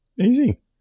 easy